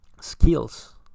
skills